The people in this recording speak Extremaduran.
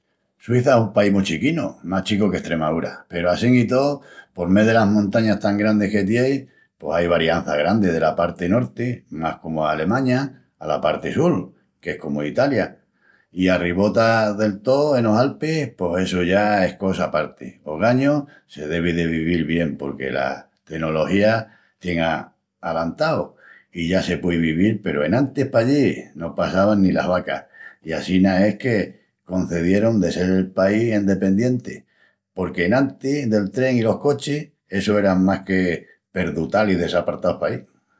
Suiça es un país mu chiquinu, más chicu que Estremaúra, peru assín i tó, por mé delas montañas tan grandis que tien pos ai variança grandi dela parti norti, más comu Alemaña, ala parti del sul, qu'es comu Italia. I arribota del tó, enos Alpis, pos essu ya es cosa aparti. Ogañu se devi de vivil bien porque la tenología tien a... alantau i ya se puei vivil peru enantis pallí no passavan ni las vacas i assina es que concedierun de sel el país endependienti, porque enantis del tren i los cochis, essu eran más que perdutalis desapartaus paí.